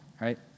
right